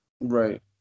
Right